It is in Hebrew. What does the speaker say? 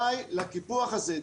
די לקיפוח הזה.